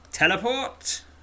Teleport